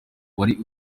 wari